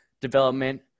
development